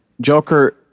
Joker